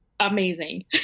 amazing